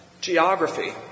geography